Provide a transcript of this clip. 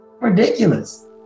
ridiculous